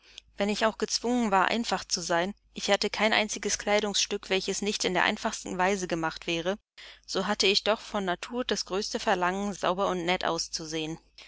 wenn ich auch gezwungen war einfach zu sein ich hatte kein einziges kleidungsstück welches nicht in der einfachsten weise gemacht wäre so hatte ich doch von natur das größte verlangen sauber und nett auszusehen